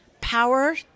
power